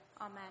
Amen